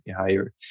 higher